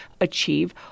achieve